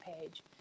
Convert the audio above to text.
page